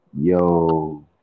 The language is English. Yo